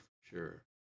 sure